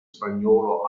spagnolo